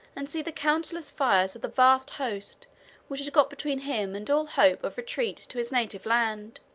and see the countless fires of the vast hosts which had got between him and all hope of retreat to his native land